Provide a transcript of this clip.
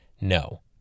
no